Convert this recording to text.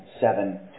seven